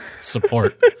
support